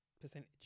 percentage